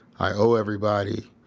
i owe everybody.